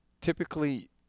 typically